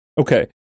Okay